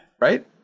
Right